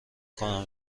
کنم